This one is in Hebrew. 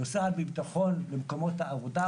נוסעת בביטחון למקומות עבודה.